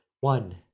one